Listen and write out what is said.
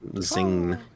Zing